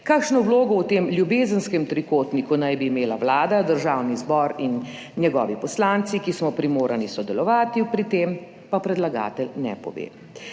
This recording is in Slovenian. Kakšno vlogo v tem ljubezenskem trikotniku naj bi imela Vlada, Državni zbor in njegovi poslanci, ki smo primorani sodelovati pri tem, pa predlagatelj ne pove.